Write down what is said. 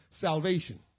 salvation